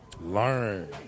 Learn